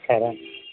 సరేండి